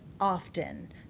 often